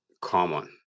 common